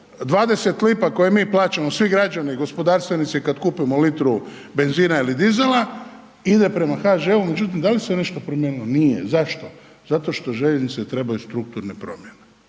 20 lipa koje mi plaćamo, svi građani gospodarstvenici kad kupimo litru benzina ili dizela ide prema HŽ-u, međutim da li se nešto promijenilo? Nije. Zašto? Zato što željeznice trebaju strukturne promjene